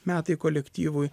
metai kolektyvui